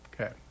Okay